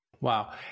Wow